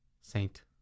Saint